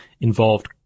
involved